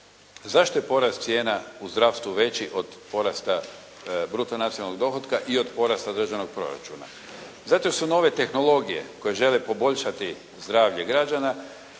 Zašto je porast cijena u zdravstvu veći od porasta bruto nacionalnog dohotka i od porasta državnog proračuna? Zato jer su nove tehnologije koje žele poboljšati zdravlje građana